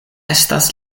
estas